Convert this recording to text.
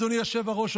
אדוני היושב-ראש,